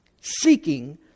seeking